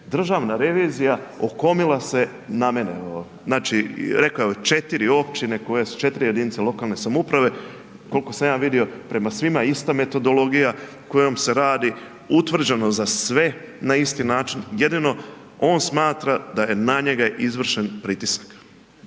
državna revizija okomila se na mene. Znači, rekao je 4 općine, 4 jedinice lokalne samouprave, koliko sam ja vidio, prema svima ista metodologija kojom se radi, utvrđeno za sve, na isti način, jedino on smatra da je na njega izvršen pritisak.